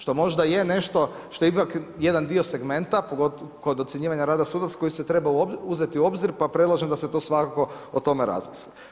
Što možda je nešto što ipak jedan dio segmenta pogotovo kod ocjenjivanja rada sudaca koji se treba uzeti u obzir pa predlažem da se svakako o tome razmisli.